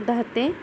दहा ते